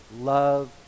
Love